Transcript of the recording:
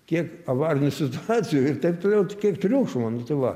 kiek avarinių situacijų ir taip toliau kiek triukšmo nu tai va